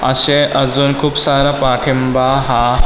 असे अजून खूप सारा पाठिंबा हा